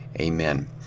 amen